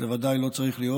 זה ודאי לא צריך להיות.